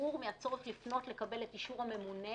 שחרור מהצורך לפנות לקבל את אישור הממונה